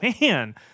man